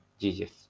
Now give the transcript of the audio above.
jesus